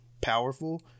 Powerful